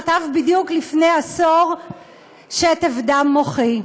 חטף בדיוק לפני עשור שטף-דם מוחי.